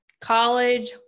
college